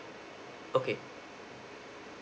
okay